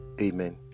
amen